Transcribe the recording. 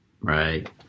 Right